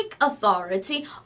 authority